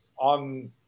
on